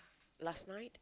last night